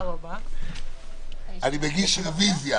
אני מגיש רביזיה,